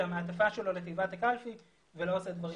המעטפה שלו לתיבת הקלפי ולא עושה דברים אחרים.